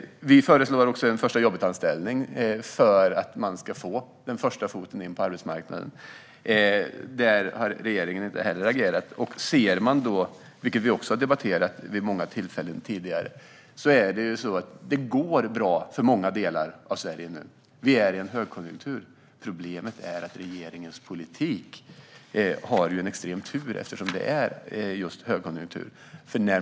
Vi föreslår en första-jobbet-anställning för att man ska få in en fot på arbetsmarknaden. Regeringen har inte agerat när det gäller detta. Vi har debatterat detta vid många tidigare tillfällen: Det går bra för många delar av Sverige nu. Vi är i en högkonjunktur. Problemet är att regeringen har extrem tur med sin politik eftersom det råder just högkonjunktur.